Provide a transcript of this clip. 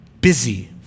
busy